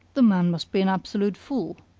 the man must be an absolute fool,